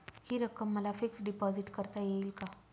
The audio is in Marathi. हि रक्कम मला फिक्स डिपॉझिट करता येईल का?